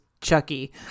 Chucky